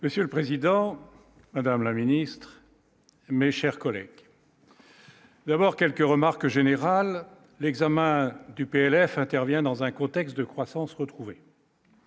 Monsieur le Président, Madame la Ministre, mes chers collègues. D'abord quelques remarques générales, l'examen du PLF intervient dans un contexte de croissance retrouvée.